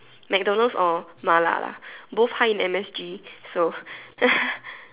McDonalds or mala lah both high in M_S_G so